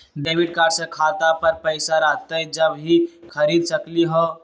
Debit card से खाता पर पैसा रहतई जब ही खरीद सकली ह?